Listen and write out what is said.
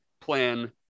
plan